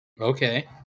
okay